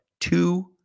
two